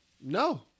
No